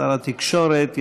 שר התקשורת,